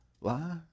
lie